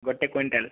ଗୋଟିଏ କୁଇଣ୍ଟାଲ